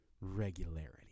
Regularity